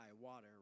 water